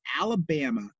Alabama